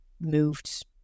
moved